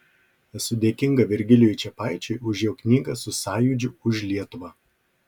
esu dėkinga virgilijui čepaičiui už jo knygą su sąjūdžiu už lietuvą